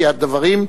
כי הדברים,